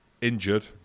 injured